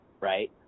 right